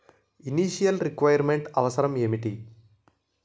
Initial requirement అవసరం ఎంటి?